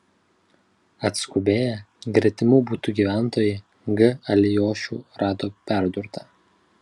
atskubėję gretimų butų gyventojai g alijošių rado perdurtą